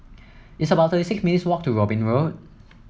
it's about Three six minutes' walk to Robin Road